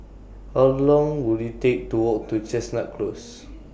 How Long Will IT Take to Walk to Chestnut Close